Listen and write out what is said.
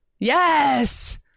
Yes